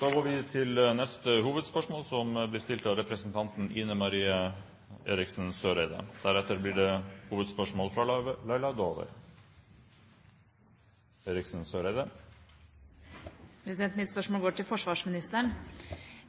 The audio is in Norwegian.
Da går vi til neste hovedspørsmål. Mitt spørsmål går til forsvarsministeren.